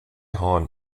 horn